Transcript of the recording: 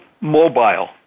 mobile